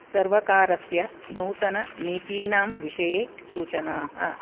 सर्वकारस्य नूतननीतीनां विषये सूचनाः